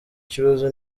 kibazo